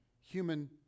human